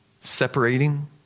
separating